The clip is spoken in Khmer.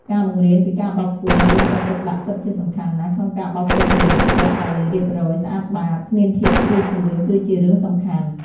ការបង្រៀនពីការបោកគក់ និងរៀបចំទុកដាក់ពិតជាសំខាន់ណាស់ ក្នុងការបោកគក់សម្លៀកបំពាក់ឲ្យរៀបរយ ស្អាតបាត គ្មានភាពជ្រីវជ្រួញ គឺជារឿងសំខាន់។